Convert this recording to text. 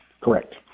Correct